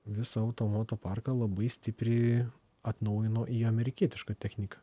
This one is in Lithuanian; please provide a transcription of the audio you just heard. visą auto moto parką labai stipriai atnaujino į amerikietišką techniką